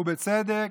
ובצדק,